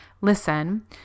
listen